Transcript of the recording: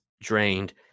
drained